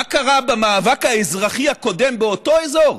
מה קרה במאבק האזרחי הקודם, באותו אזור,